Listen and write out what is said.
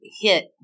hit